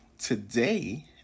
today